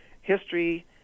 history